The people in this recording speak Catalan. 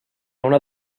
ona